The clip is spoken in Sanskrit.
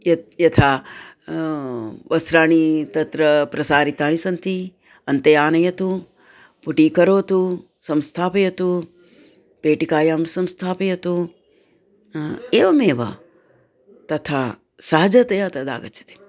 यत् यथा वस्त्राणी तत्र प्रसारितानि सन्ति अन्ते आनयतु पुटीकरोतु संस्थापयतु पेटिकायां संस्थापयतु एवमेव तथा सहजतया तदागच्छति